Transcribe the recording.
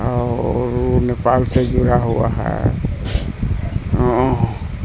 اور نیپال سے جڑا ہوا ہے